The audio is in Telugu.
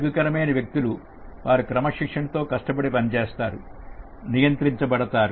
ఆరోగ్యకరమైన వ్యక్తులు వారు క్రమశిక్షణతో కష్టపడి పని చేస్తారు నియంత్రించ బడతారు